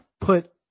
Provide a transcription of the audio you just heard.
put